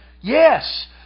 Yes